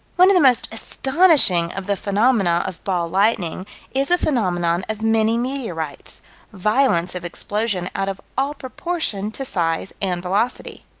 one of the most astonishing of the phenomena of ball lightning is a phenomenon of many meteorites violence of explosion out of all proportion to size and velocity.